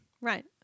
Right